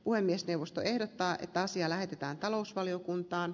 puhemiesneuvosto ehdottaa että asia lähetetään talousvaliokuntaan